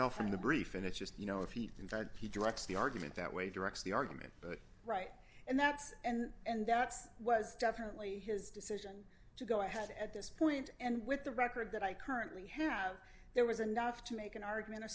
tell from the brief and it's just you know if he invited p directs the argument that way directs the argument right and that's and and that's was definitely his decision to go ahead at this point and with the record that i currently have there was enough to make an argument or